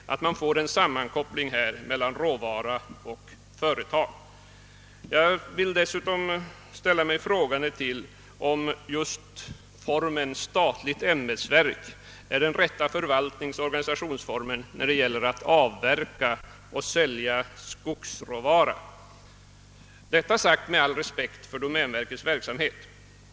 Man bör här få till stånd en sammankoppling mellan råvara och företag. Jag vill dessutom ifrågasätta om ett statligt ämbetsverk är den rätta förvaltningsoch organisationsformen när det gäller att avverka och sälja skogsråvara. Detta vill jag ha sagt med all respekt för domänverket.